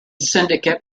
syndicate